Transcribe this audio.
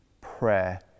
prayer